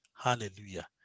Hallelujah